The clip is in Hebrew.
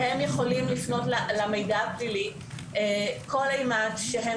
הם יכולים לפנות למידע הפלילי כל אימת שהם